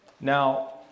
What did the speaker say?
Now